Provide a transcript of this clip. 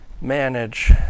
manage